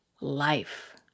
life